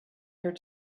her